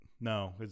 No